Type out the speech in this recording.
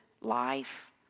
life